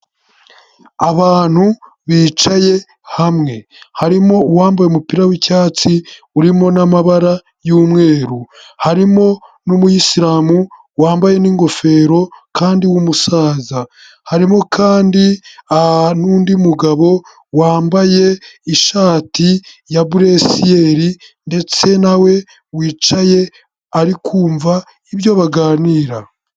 Abantu bicaye hamwe harimo uwambaye umupira w'icyatsi urimo n'amabara y'umweru. Harimo n'umuyisilamu wambaye n'ingofero kandi w'umusaza. Harimo kandi n'undi mugabo wambaye ishati ya bleu ciel ndetse nawe wicaye ari kumva ibyo baganira.